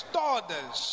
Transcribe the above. todas